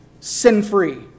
sin-free